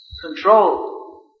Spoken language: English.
Control